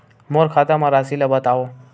मोर खाता म राशि ल बताओ?